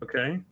Okay